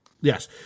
Yes